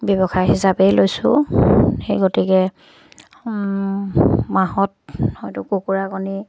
ব্যৱসায় হিচাপেই লৈছোঁ সেই গতিকে মাহত হয়তো কুকুৰা কণী